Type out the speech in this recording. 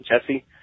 Jesse